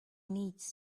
needs